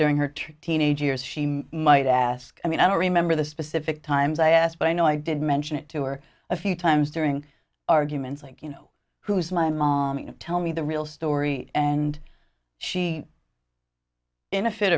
during her teenage years she might ask i mean i don't remember the specific times i asked but i know i did mention it two or a few times during arguments like you know who is my mom you know tell me the real story and she in